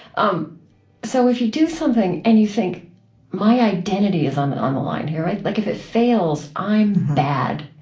um so if you do something and you think my identity is on on the line here, like if it fails, i'm bad.